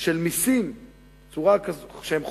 של מסים שהם חובה,